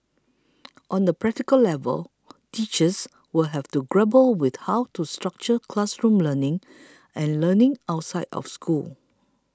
on a practical level teachers will have to grapple with how to structure classroom learning and learning outside of school